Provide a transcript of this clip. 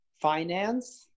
finance